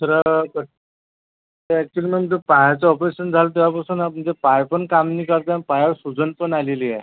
दुसरा ते actually ma'am ते पायाचं ऑपरेशन झालं तेव्हापासून पाय पण काम नाही करत पायावर सुजन पण आलेली आहे